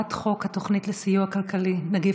הצעת חוק התוכנית לסיוע כלכלי (נגיף